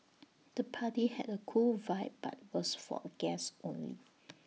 the party had A cool vibe but was for guests only